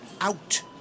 out